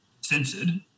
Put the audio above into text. censored